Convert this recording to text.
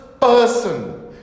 person